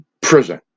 prison